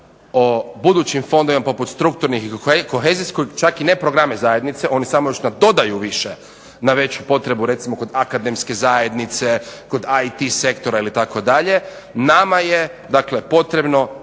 o budućim fondovima poput strukturnih i kohezijskog, čak i ne programe zajednice, oni samo još nadodaju više na veću potrebu recimo kod akademske zajednice, kod …/Ne razumije se./… sektora itd., nama je potrebno